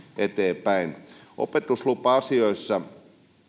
eteenpäin opetuslupa asioissa